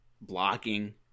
blocking